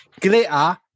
glitter